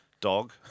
dog